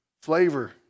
flavor